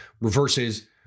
reverses